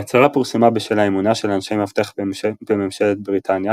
ההצהרה פורסמה בשל האמונה של אנשי מפתח בממשלת בריטניה,